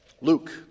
Luke